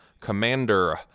commander